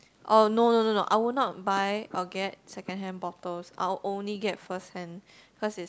oh no no no no I will not buy or get second hand bottles I'll only get first hand cause is